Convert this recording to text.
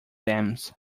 dams